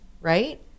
right